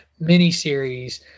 miniseries